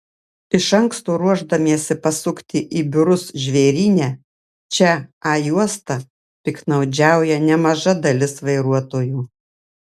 iš anksto ruošdamiesi pasukti į biurus žvėryne čia a juosta piktnaudžiauja nemaža dalis vairuotojų